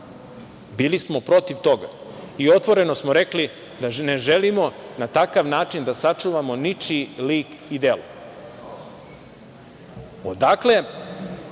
Bili smo protiv toga i otvoreno smo rekli da ne želimo na takav način da sačuvamo ničiji lik i delo. Odakle